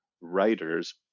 writers